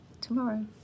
tomorrow